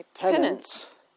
penance